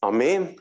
Amen